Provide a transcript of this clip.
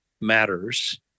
matters